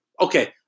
okay